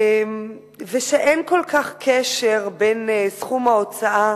ואין כל כך קשר בין סכום ההוצאה